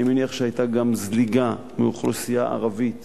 אני מניח שהיתה גם זליגה מהאוכלוסייה הערבית